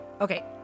Okay